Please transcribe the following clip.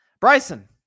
Bryson